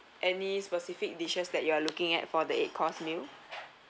any specific dishes that you're looking at for the eight course meal